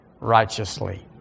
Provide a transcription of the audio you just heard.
righteously